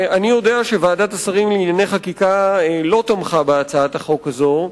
אני יודע שוועדת השרים לענייני חקיקה לא תמכה בהצעת החוק הזאת,